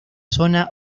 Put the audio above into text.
zona